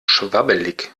schwabbelig